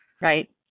Right